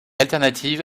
alternative